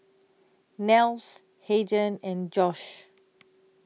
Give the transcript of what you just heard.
Nels Hayden and Josh